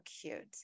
cute